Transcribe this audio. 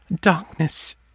Darkness